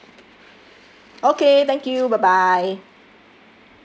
yup okay thank you bye bye